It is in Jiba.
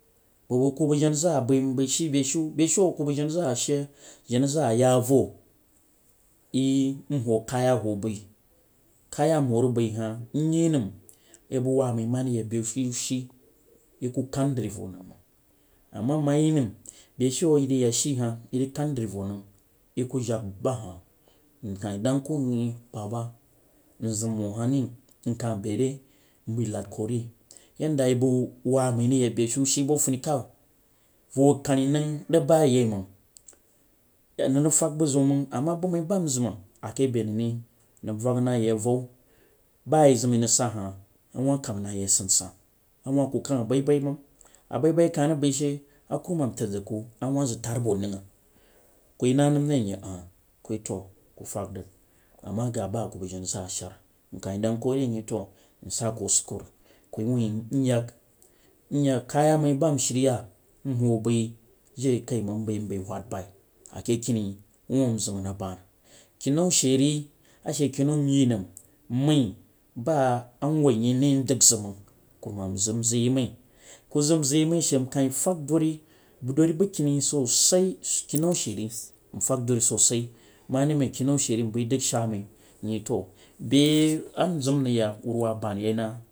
Ku bang jana zaa nbai she beshu beshu a ku bang jana zaa she, jana zaa yah vo yeh nwa kaya bai kenya nwauh rig bai hah nyeh nam yeh bang waa mai ma rig yah beshu she yeh ku kan drivo bnow mang, ama nma yeh nam beshu a yeh rig yak she yeh ma rig kan dri vo a nau ku jak ba hah manf nkah dang ku nyeh nyeh baba nzam wnu bah re nkah bei re mbai na kuri yeh da yeh ban waa mai rig yak beshu she bo funi kaw vo kani nzag bai ba yeh mang a nrig fak bu zeum mang ama bu mai ba nzam a keh pe nan ri, nanf vang na yeh a vaw baa yeh za a yeh rig sah hah a wuh kang na yeh asan asan awuh ku king abai mang abai bai kah rig bai she a kurumam, tan zang ku a wuh zang taf bu nang ku yeh nam re nyeh ah ku yeh to kufang rig ama gah ba ku nang jana zaa sah seh hah nkah dang ku ri nyeh to sah ku soko rig ku wuh nyaknyak kaya mai ba nsaei yah nwuh bai jirijaimang nbai wad bai a keh kani wuu nzam nrig ban keh nau she ri a she keh nau nyeh nam nmai ba nwuh nye ndang zang mang uan mam zang nzang yeh mai ku zang nzang yeh mai she nkah fag duri bakeni sosai, a re ke nau shere she kah nau she re nfag duri so sah ma ri mang kenu she re nbai dang shaa mai nyeh to beu nzam nrig yah wuruwa buni yeh na